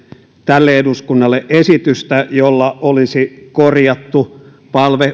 tälle eduskunnalle esitystä jolla olisi korjattu